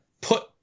put